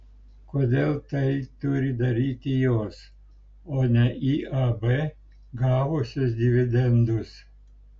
kodėl tai turi daryti jos o ne iab gavusios dividendus